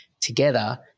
together